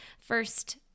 first